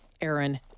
Aaron